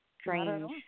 Strange